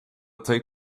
take